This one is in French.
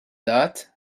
date